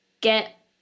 get